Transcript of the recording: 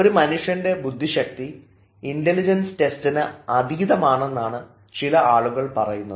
ഒരു മനുഷ്യൻറെ ബുദ്ധിശക്തി ഇൻറലിജൻസ് ടെസ്റ്റിന് അതീതമാണെന്ന് ചില ആളുകൾ പറയാറുണ്ട്